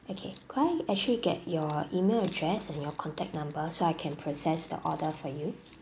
okay could I actually get your email address and your contact number so I can process the order for you